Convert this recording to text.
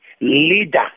leader